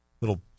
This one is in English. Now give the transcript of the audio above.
little